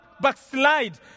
backslide